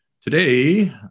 today